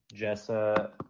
Jessa